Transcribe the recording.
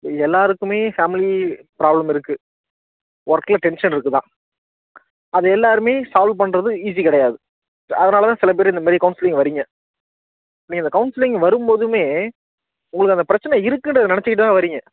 இங்கே எல்லாருக்குமே family problem இருக்குது ஒர்க்கில் டென்ஷன் இருக்குது தான் அது எல்லாருமே சால்வ் பண்ணுறது ஈஸி கிடையாது அதனால்தான் சில பேர் இந்தமாரி கவுன்சிலிங் வரீங்க நீங்கள் இங்க கவுன்சிலிங் வரும்போதுமே உங்களுக்கு அந்த பிரச்சனை இருக்கின்றத நினச்சிக்கிட்டுதான் வரீங்க